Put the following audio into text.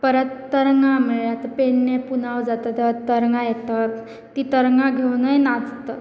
परत तरंगां म्हळ्यार आतां पेडणे पुनाव जाता तरंगां येतात ती तरंगां घेवनय नाचतात